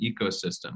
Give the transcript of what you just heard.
ecosystem